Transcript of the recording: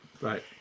right